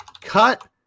cut